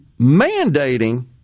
mandating